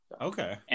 Okay